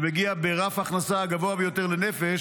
שמגיע ברף ההכנסה הגבוה ביותר לנפש